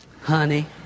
honey